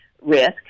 risk